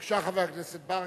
בבקשה, חבר הכנסת ברכה,